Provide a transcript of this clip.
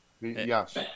Yes